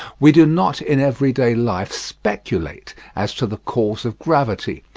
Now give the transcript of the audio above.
we do not in everyday life speculate as to the cause of gravity,